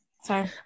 Sorry